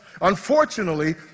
Unfortunately